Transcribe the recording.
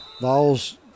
balls